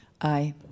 aye